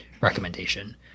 recommendation